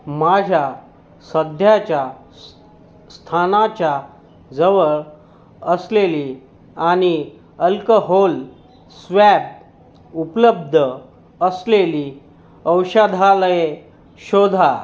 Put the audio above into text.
माझ्या सध्याच्या स्थानाच्या जवळ असलेली आणि अल्कहोल स्वॅब उपलब्ध असलेली औषधालये शोधा